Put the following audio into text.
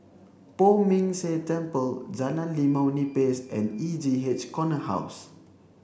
Poh Ming Tse Temple Jalan Limau Nipis and E J H Corner House